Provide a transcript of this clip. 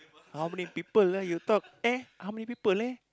how many people lah you talk eh how many people eh